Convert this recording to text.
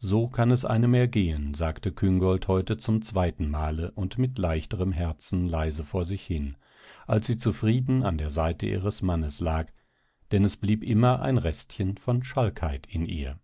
so kann es einem ergehen sagte küngolt heute zum zweiten male und mit leichterm herzen leise vor sich hin als sie zufrieden an der seite ihres mannes lag denn es blieb immer ein restchen von schalkheit in ihr